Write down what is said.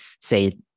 say